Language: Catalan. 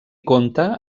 compta